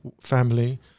family